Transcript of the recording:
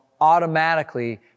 automatically